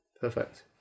Perfect